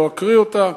לא אקריא אותה,